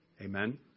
Amen